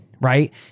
right